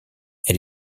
elle